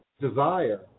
desire